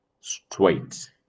straight